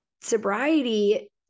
sobriety